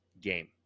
game